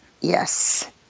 Yes